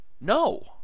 No